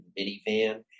minivan